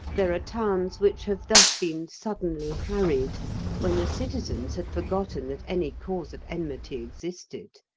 there are towns which have thus been suddenly harried when the citizens had forgotten that any cause of enmity existed.